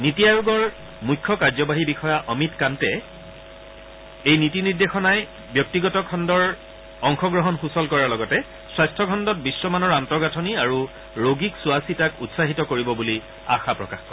নীতি আয়োগৰ মুখ্য কাৰ্যবাহী বিষয়া অমিত কান্তে এই নীতি নিৰ্দেশনাই ব্যক্তিগত খণ্ডৰ অংশ গ্ৰহণ সূচল কৰাৰ লগতে স্বাস্থ খণ্ডত বিশ্বমানৰ আন্তঃগাথনি আৰু ৰোগী চোৱা চিতাক উৎসাহিত কৰিব বুলি আশা প্ৰকাশ কৰে